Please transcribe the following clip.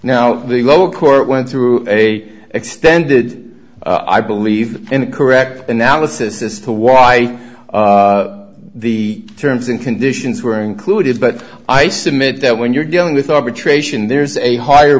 of the local court went through a extended i believe in a correct analysis as to why the terms and conditions were included but i submit that when you're dealing with arbitration there's a higher